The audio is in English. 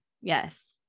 Yes